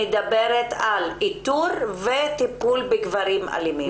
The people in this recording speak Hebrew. שמדברת על איתור וטיפול בגברים אלימים.